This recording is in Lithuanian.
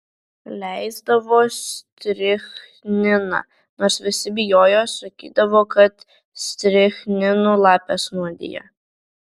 leisdavo strichniną nors visi bijojo sakydavo kad strichninu lapes nuodija